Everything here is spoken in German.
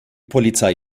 polizei